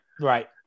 Right